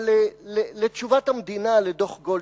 לתשובת המדינה לדוח-גולדסטון,